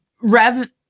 Rev